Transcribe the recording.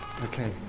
Okay